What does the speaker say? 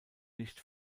nicht